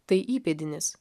tai įpėdinis